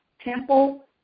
temple